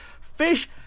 Fish